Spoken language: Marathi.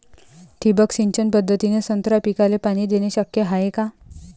ठिबक सिंचन पद्धतीने संत्रा पिकाले पाणी देणे शक्य हाये का?